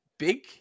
big